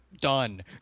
done